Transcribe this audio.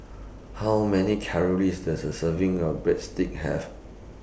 How Many Calories Does A Serving of Breadsticks Have